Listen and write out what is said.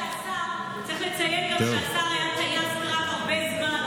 צריך לציין גם שהשר היה טייס קרב הרבה זמן,